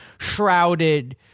shrouded